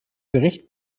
bericht